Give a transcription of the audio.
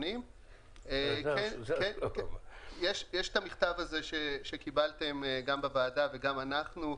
יש את המכתב שקיבלתם בוועדה וגם אנחנו קיבלנו.